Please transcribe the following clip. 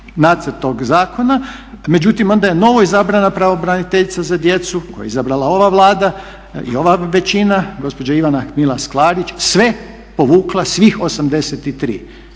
nacrt tog zakona. Međutim, onda je novoizabrana pravobraniteljica za djecu koju je izabrala ova Vlada i ova većina, gospođa Ivana Milas-Klarić sve povukla, svih 83.